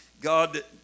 God